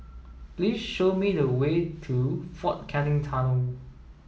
please show me the way to Fort Canning Tunnel